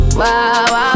wow